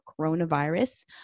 coronavirus